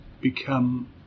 become